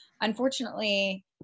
unfortunately